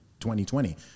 2020